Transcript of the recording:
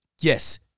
Yes